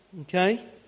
Okay